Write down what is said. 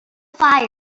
fire